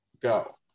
Go